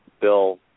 bill